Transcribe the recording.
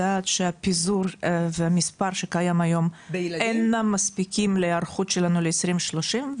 יודעת שהפיזור והמספר שקיימים היום אינם מספיקים להיערכות שלנו ל-2030,